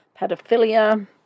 pedophilia